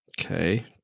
Okay